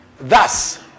Thus